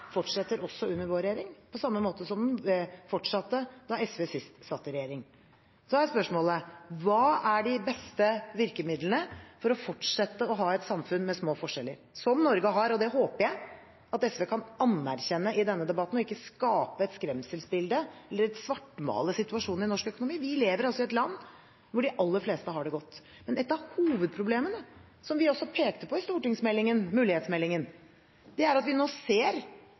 fortsetter også under vår regjering, på samme måte som den fortsatte da SV sist satt i regjering. Da er spørsmålet: Hva er de beste virkemidlene for å fortsette å ha et samfunn med små forskjeller, som Norge har – og det håper jeg at SV kan anerkjenne i denne debatten, og ikke skape et skremselsbilde eller svartmale situasjonen i norsk økonomi. Vi lever altså i et land hvor de aller fleste har det godt. Men et av hovedproblemene, som vi også pekte på i stortingsmeldingen, mulighetsmeldingen, er at vi nå ser